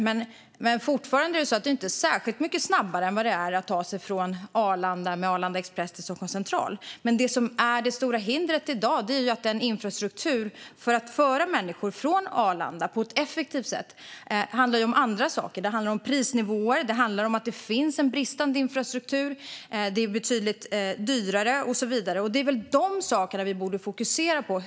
Men fortfarande är det inte särskilt mycket snabbare än vad det är att ta sig från Arlanda med Arlanda Express till Stockholms central. Det stora hindret i dag är att infrastrukturen för att föra människor från Arlanda på ett effektivt sätt handlar om andra saker. Det handlar om prisnivåer och en bristande infrastruktur - att det är betydligt dyrare. Det är väl de sakerna vi borde fokusera på.